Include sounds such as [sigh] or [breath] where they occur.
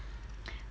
[breath]